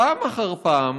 פעם אחר פעם